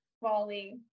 wally